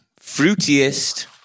fruitiest